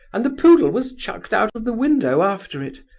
and the poodle was chucked out of the window after it.